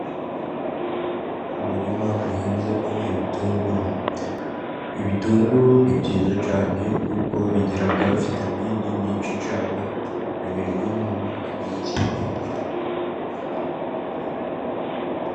Umurima uhinzemo ibitunguru. Ibitunguru ni byiza cyane, kuko bigira vitamini nyinshi cyane umubiri w'umuntu ukeneye.